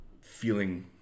feeling